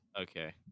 Okay